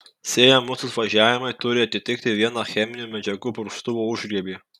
sėjamosios važiavimai turi atitikti vieną cheminių medžiagų purkštuvo užgriebį